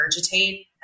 regurgitate